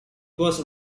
was